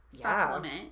supplement